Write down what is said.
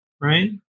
right